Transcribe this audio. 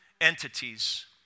entities